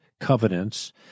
covenants